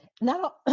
Now